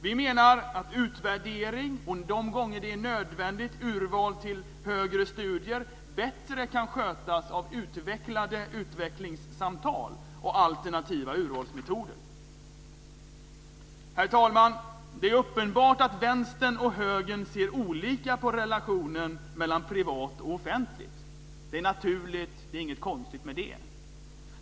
Vi menar att utvärdering och, de gånger det är nödvändigt, urval till högre studier bättre kan skötas av utvecklade utvecklingssamtal och alternativa urvalsmetoder. Herr talman! Det är uppenbart att vänstern och högern ser olika på relationen mellan privat och offentligt. Det är naturligt - det är inget konstigt med det.